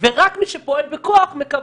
ורק מי שפועל בכוח מקבל.